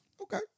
Okay